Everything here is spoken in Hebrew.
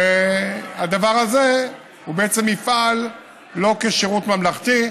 הדבר הזה בעצם יפעל לא כשירות ממלכתי,